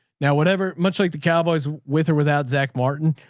now, whatever much like the cowboys with or without zach martin,